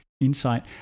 insight